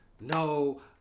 no